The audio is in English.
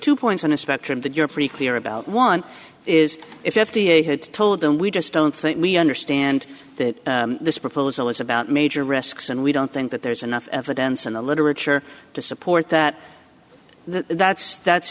two points on a spectrum that you're pretty clear about one is if f d a had told them we just don't think we understand that this proposal is about major risks and we don't think that there's enough evidence in the literature to support that that's that's